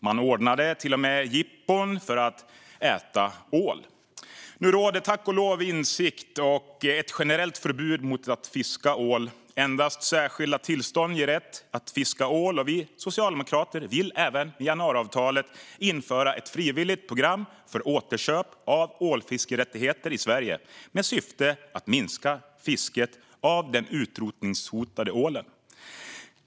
Man ordnade till och med jippon för att äta ål. Nu råder tack och lov insikt och ett generellt förbud mot att fiska ål. Endast särskilda tillstånd ger rätt att fiska ål, och vi socialdemokrater vill även med januariavtalet införa ett frivilligt program för återköp av ålfiskerättigheter i Sverige med syfte att minska fisket av den utrotningshotade ålen.